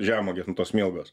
žemuogės ant tos smilgos